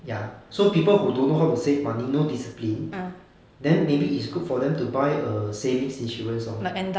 ya so people who don't know how to save money no discipline then maybe is good for them to buy a savings insurance lor